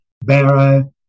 barrow